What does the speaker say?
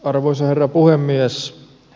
arvoisa herra puhemies